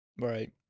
right